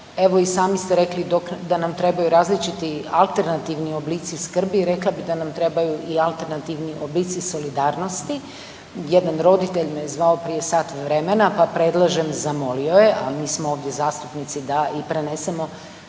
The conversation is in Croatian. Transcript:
Evo i sami ste rekli dok, da nam trebaju različiti alternativni oblici skrbi i rekla bi da nam trebaju i alternativni oblici solidarnosti, jedan roditelj me zvao prije sat vremena, pa predlažem, zamolio je, a mi smo ovdje zastupnici da i prenesemo